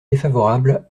défavorable